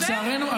לצערנו,